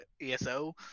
eso